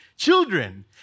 Children